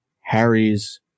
Harry's